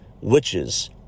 witches